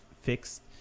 fixed